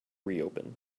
reopen